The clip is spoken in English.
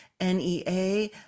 NEA